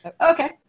Okay